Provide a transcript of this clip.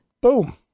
Boom